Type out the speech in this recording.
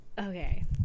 okay